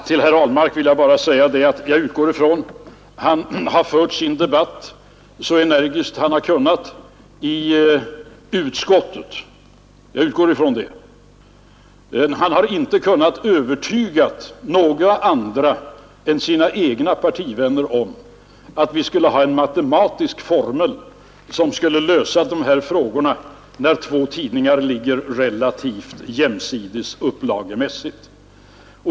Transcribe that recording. Till herr Ahlmark vill jag bara säga att han har fört sin debatt så energiskt han har kunnat i utskottet — jag utgår från det — men han har inte kunnat övertyga några andra än sina egna partivänner om att det skulle finnas en matematisk formel som skulle kunna lösa problemet när tidningar ligger relativt jämsides upplagemässigt.